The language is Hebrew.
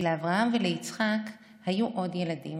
לאברהם וליצחק היו עוד ילדים,